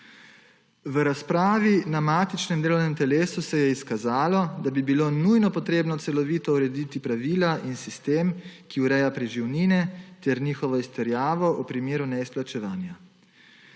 V razpravi na matičnem delovnem telesu se je izkazalo, da bi bilo nujno potrebno celovito urediti pravila in sistem, ki ureja preživnine ter njihovo izterjavo v primeru neizplačevanja.